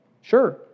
Sure